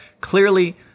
Clearly